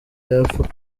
yapfa